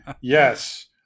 yes